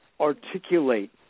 articulate